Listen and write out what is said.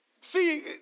See